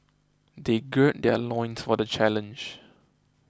they gird their loins for the challenge